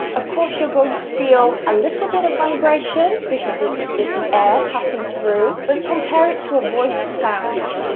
of course you're going to feel a little bit of vibration because it's it's the air passing through, but compare it to a voiced sound,